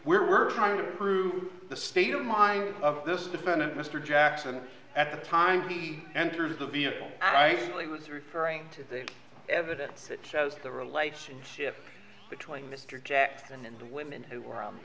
where we're trying to prove the state of mind of this defendant mr jackson at the time he enters a vehicle i was referring to the evidence that shows the relationship between mr jackson and the women who were